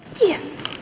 Yes